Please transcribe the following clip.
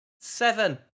seven